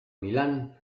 milán